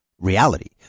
reality